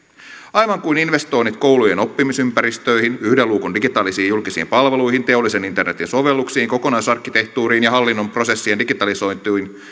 aivan kuin investoinnit koulujen oppimisympäristöihin yhden luukun digitaalisiin julkisiin palveluihin teollisen internetin sovelluksiin kokonaisarkkitehtuuriin ja hallinnon prosessien digitalisointiin